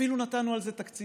אפילו נתנו על זה תקציב,